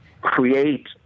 create